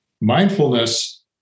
Mindfulness